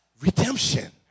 redemption